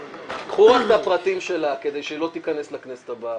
קחו רק את הפרטים שלה כדי שהיא לא תיכנס לכנסת הבאה.